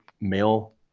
male